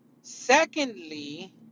Secondly